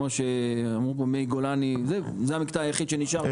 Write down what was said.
מגולני ועד דברת.